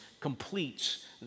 completes